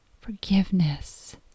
forgiveness